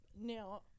Now